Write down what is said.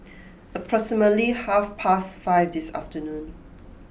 approximately half past five this afternoon